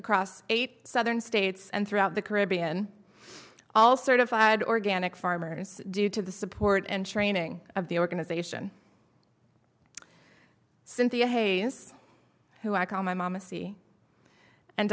across eight southern states and throughout the caribbean all certified organic farmers due to the support and training of the organization cynthia hayes who i call my m